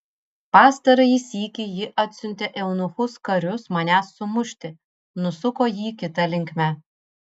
pastarąjį sykį ji atsiuntė eunuchus karius manęs sumušti nusuko jį kita linkme